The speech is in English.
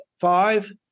five